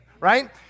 right